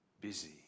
busy